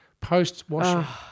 post-washing